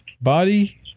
body